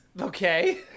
Okay